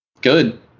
Good